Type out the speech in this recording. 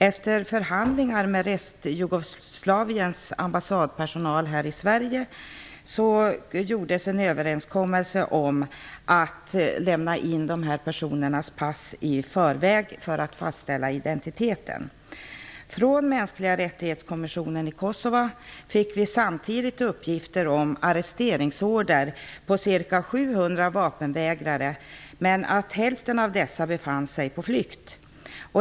Efter förhandlingar med restjugoslaviens ambassadpersonal här i Sverige träffades en överenskommelse om att dessa personers pass skulle lämnas in i förväg för fastställande av identitet. Från Mänskliga-rättighets-kommisionen i Kosovo fick vi samtidigt uppgifter om arresteringsorder för ca 700 vapenvägrare. Men hälften av dessa befann sig på flykt.